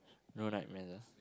no nightmares ah